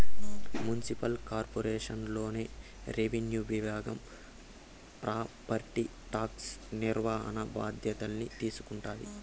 municipal corporation లోన revenue విభాగం property tax నిర్వహణ బాధ్యతల్ని తీసుకుంటాది